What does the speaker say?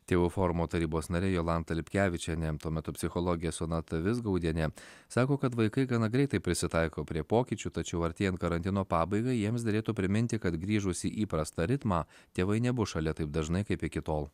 tėvų forumo tarybos narė jolanta lipkevičienė tuo metu psichologė sonata vizgaudienė sako kad vaikai gana greitai prisitaiko prie pokyčių tačiau artėjant karantino pabaigai jiems derėtų priminti kad grįžus į įprastą ritmą tėvai nebus šalia taip dažnai kaip iki tol